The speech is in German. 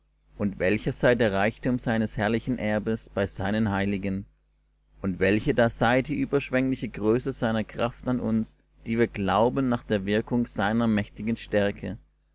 und welcher sei der reichtum seines herrlichen erbes bei seinen heiligen und welche da sei die überschwengliche größe seiner kraft an uns die wir glauben nach der wirkung seiner mächtigen stärke